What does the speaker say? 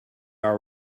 are